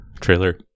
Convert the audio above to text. trailer